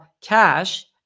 cash